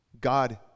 God